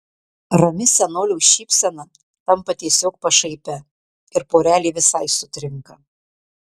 rami senolio šypsena tampa tiesiog pašaipia ir porelė visai sutrinka